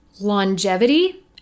longevity